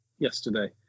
yesterday